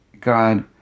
God